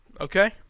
Okay